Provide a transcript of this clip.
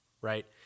right